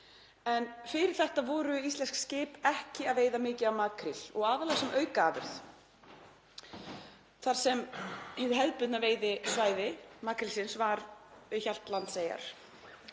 En fyrir þetta voru íslensk skip ekki að veiða mikið af makríl og aðallega sem aukaafurð, þar sem hið hefðbundna veiðisvæði makrílsins var við Hjaltlandseyjar